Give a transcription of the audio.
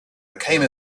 became